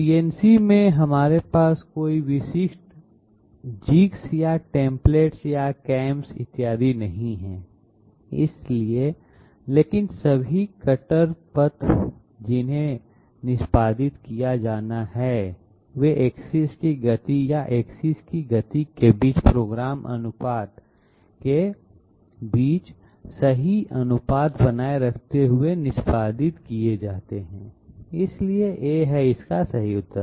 CNC में हमारे पास कोई विशिष्ट जिग्स या टेम्प्लेट या कैम इत्यादि नहीं हैं लेकिन सभी कटर पथ जिन्हें निष्पादित किया जाना है वे एक्सिस की गति या एक्सिस की गति के बीच प्रोग्राम अनुपात के बीच सही अनुपात बनाए रखते हुए निष्पादित किए जाते हैं इसलिए A है सही उतर